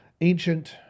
ancient